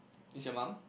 is your mum